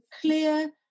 clear